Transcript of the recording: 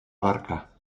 barca